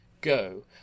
go